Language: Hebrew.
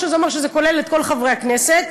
מה שאומר שזה כולל את כל חברי הכנסת.